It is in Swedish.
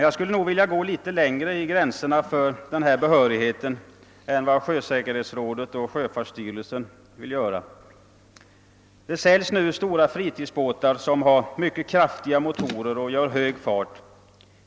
Jag vill för min del gå något längre när det gäller gränserna för den aktuella behörigheten än sjösäkerhetsrådet och sjöfartsstyrelsen vill göra. Det säljs nu stora fritidsbåtar, som har mycket kraftiga motorer och gör hög fart.